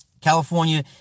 California